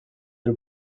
del